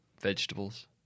vegetables